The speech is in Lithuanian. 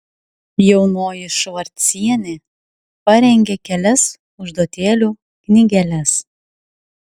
jaunoji švarcienė parengė kelias užduotėlių knygeles